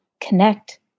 connect